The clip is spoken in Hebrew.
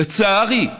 לצערי,